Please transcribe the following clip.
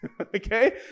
Okay